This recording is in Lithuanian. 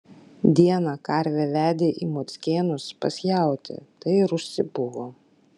dieną karvę vedė į mockėnus pas jautį tai ir užsibuvo